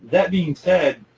that being said,